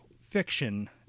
fiction